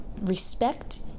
respect